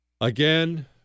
Again